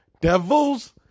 Devils